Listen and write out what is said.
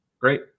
Great